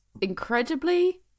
incredibly